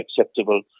acceptable